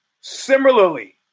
Similarly